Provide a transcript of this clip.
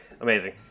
Amazing